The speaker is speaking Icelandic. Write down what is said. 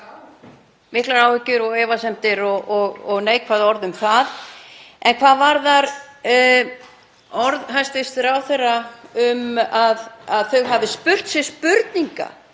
Miklar áhyggjur, efasemdir og neikvæð orð um það. En hvað varðar orð hæstv. ráðherra um að þau hafi spurt sig spurninga